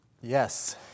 Yes